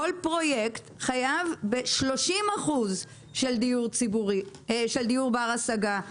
כל פרויקט חייב ב-30% של דיור בר השגה.